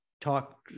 talk